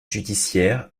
judiciaire